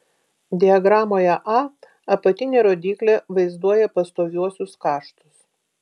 diagramoje a apatinė rodyklė vaizduoja pastoviuosius kaštus